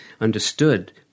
understood